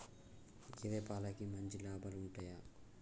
గేదే పాలకి మంచి లాభాలు ఉంటయా?